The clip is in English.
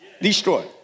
Destroy